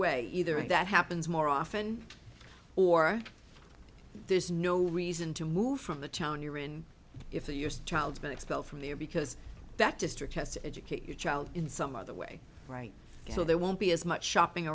way either if that happens more often or there's no reason to move from the town you're in if you're style's been expelled from there because that district has to educate your child in some other way right so there won't be as much shopping